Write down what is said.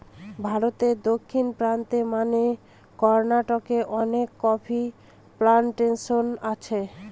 ভারতে দক্ষিণ প্রান্তে মানে কর্নাটকে অনেক কফি প্লানটেশন আছে